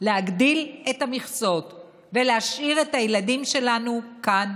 להגדיל את המכסות ולהשאיר את הילדים שלנו כאן,